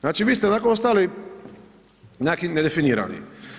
Znači vi ste onako ostali onakvi nedefinirani.